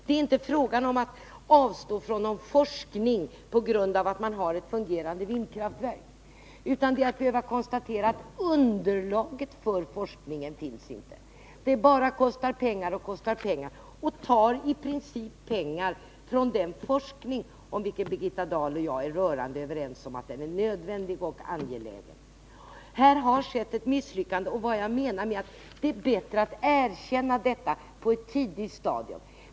Det är inte fråga om att avstå från forskning på grund av att man har ett fungerande vindkraftverk, utan det är fråga om att konstatera att underlaget för forskning inte finns. Verket bara kostar mer och mer pengar. Projektet tar i princip pengar från den forskning om vilken Birgitta Dahl och jag är rörande överens att den är nödvändig och angelägen. Här har skett ett misslyckande, och jag menar att det är bättre att erkänna detta på ett tidigt stadium.